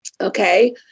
Okay